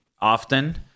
often